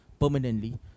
permanently